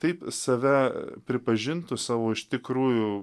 taip save pripažintų savo iš tikrųjų